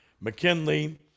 McKinley